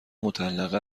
مطلقه